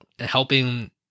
Helping